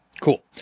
Cool